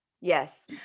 yes